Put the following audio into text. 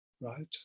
right